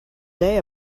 day